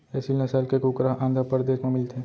एसील नसल के कुकरा ह आंध्रपरदेस म मिलथे